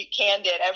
candid